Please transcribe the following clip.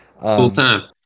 Full-time